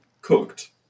cooked